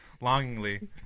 longingly